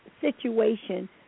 situation